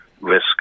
risk